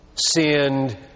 Sinned